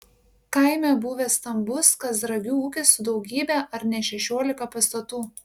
kaime buvęs stambus kazragių ūkis su daugybe ar ne šešiolika pastatų